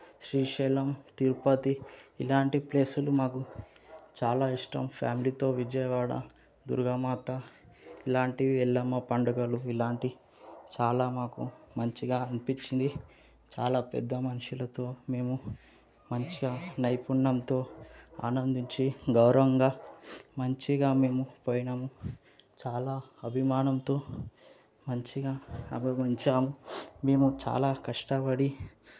శ్రీశైలం తిరుపతి ఇలాంటి ప్లేస్లు మాకు చాలా ఇష్టం ఫ్యామిలీతో విజయవాడ దుర్గామాత ఇలాంటివి ఎల్లమ్మ పండుగలు ఇలాంటి చాలా మాకు మంచిగా అనిపించింది చాలా పెద్ద మనుషులతో మేము మంచిగా నైపుణ్యంతో ఆనందించి గౌరవంగా మంచిగా మేము పోయినాము చాలా అభిమానంతో మంచిగా అభివంచాం మేము చాలా కష్టపడి